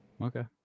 okay